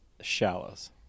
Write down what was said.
Shallows